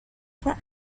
for